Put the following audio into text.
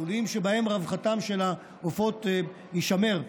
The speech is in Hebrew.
לולים שבהם רווחתם של העופות תישמר.